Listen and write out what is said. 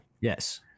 Yes